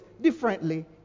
differently